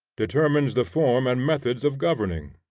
determines the form and methods of governing,